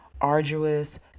arduous